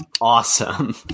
awesome